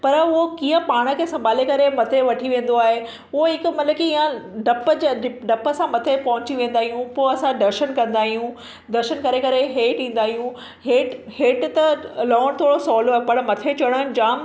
पर उहो कीअं पाण खे संभाले करे मथे वठी वेंदो आहे उहो हिकु मतलबु की इएं डप जे डिप डप सां मथे पहुची वेंदा आहियूं पोइ असां दर्शनु कंदा आहियूं दर्शनु करे करे हेठि ईंदा आहियूं हेठि हेठि त लहणु थोरो सवलो आहे पर मथे चढ़णु जामु